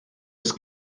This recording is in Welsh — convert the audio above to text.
oes